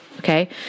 Okay